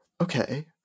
okay